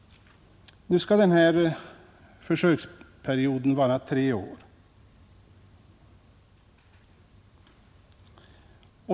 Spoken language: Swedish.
Nu skall den försöksperioden vara tre år.